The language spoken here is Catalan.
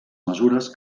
mesures